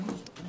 עכשיו